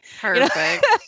Perfect